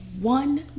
one